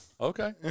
Okay